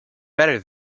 better